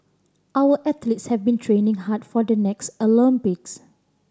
our athletes have been training hard for the next Olympics